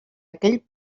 aquell